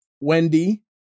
Wendy